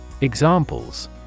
Examples